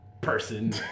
person